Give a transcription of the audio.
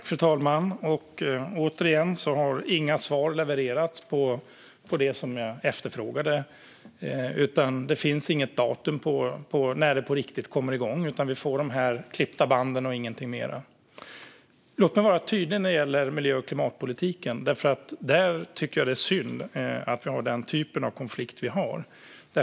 Fru talman! Återigen har inga svar levererats på det som jag efterfrågade. Det finns inget datum för när detta på riktigt kommer igång, utan vi får de här klippta banden och ingenting mer. Låt mig vara tydlig när det gäller miljö och klimatpolitiken. Jag tycker att det är synd att vi har den typ av konflikt vi har.